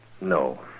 No